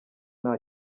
nta